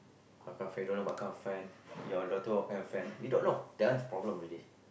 what kind of friend you don't know what kind of friend your daughter what kind of friend you don't know they answer problem already